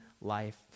life